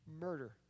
Murder